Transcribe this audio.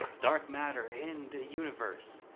dark matter in the universe,